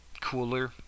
cooler